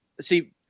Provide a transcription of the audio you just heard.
See